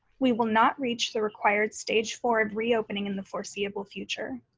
we will not reach the required stage four reopening in the foreseeable future.